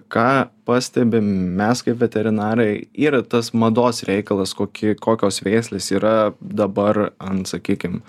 ką pastebim mes kaip veterinarai yra tas mados reikalas kokį kokios veislės yra dabar ant sakykim